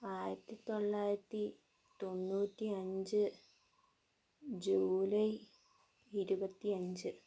ആയിരത്തി തൊള്ളായിരത്തി തൊണ്ണുറ്റി അഞ്ച് ജൂലൈ ഇരുപത്തി അഞ്ച്